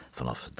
vanaf